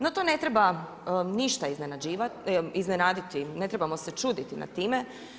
No, to ne treba ništa iznenaditi, ne trebamo se čuditi nad time.